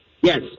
Yes